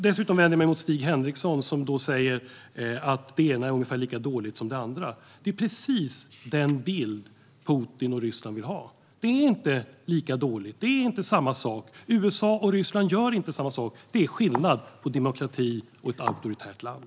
Dessutom vänder jag mig mot Stig Henriksson, som säger att det ena är ungefär lika dåligt som det andra. Det är precis den bild Putin och Ryssland vill ha. Det är inte lika dåligt; det är inte samma sak. USA och Ryssland gör inte samma sak. Det är skillnad på en demokrati och ett auktoritärt land.